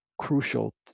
crucial